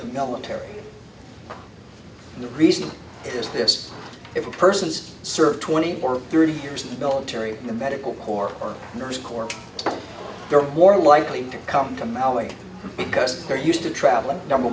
the military and the reason is this if a person is served twenty or thirty years in the military the medical corps or nurse corps they're more likely to come to maui because they're used to traveling number